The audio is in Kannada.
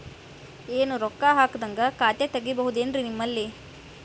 ಏನು ರೊಕ್ಕ ಹಾಕದ್ಹಂಗ ಖಾತೆ ತೆಗೇಬಹುದೇನ್ರಿ ನಿಮ್ಮಲ್ಲಿ?